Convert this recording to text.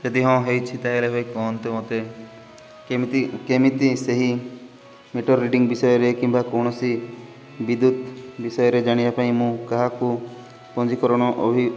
ଯଦି ହଁ ହେଇଛି ତା'ହେଲେ ଭାଇ କୁହନ୍ତୁ ମୋତେ କେମିତି କେମିତି ସେହି ମିଟର୍ ରିଡ଼ିଂ ବିଷୟରେ କିମ୍ବା କୌଣସି ବିଦ୍ୟୁତ୍ ବିଷୟରେ ଜାଣିବା ପାଇଁ ମୁଁ କାହାକୁ ପଞ୍ଜୀକରଣ ଅଭି